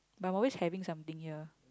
but I'm always having something here